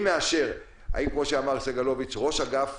האם כמו שאמר סגלוביץ' ראש אגף